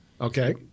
Okay